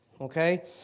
okay